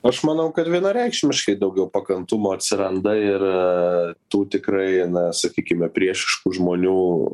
aš manau kad vienareikšmiškai daugiau pakantumo atsiranda ir tų tikrai na sakykime priešiškų žmonių